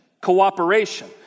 cooperation